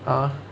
ah